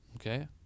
okay